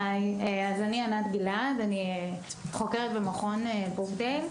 אני חוקרת במכון ברוקדייל.